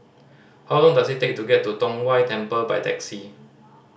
how long does it take to get to Tong Whye Temple by taxi